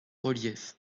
relief